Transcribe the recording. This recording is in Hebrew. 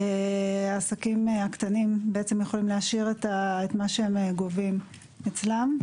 העסקים הקטנים יכולים להשאיר את מה שהם גובים אצלם.